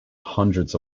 hundreds